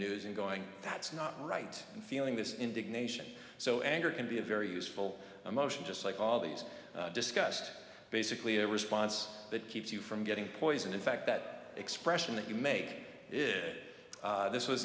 news and going that's not right and feeling this indignation so anger can be a very useful emotion just like all these discussed basically a response that keeps you from getting poisoned in fact that expression that you make it this was